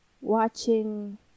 watching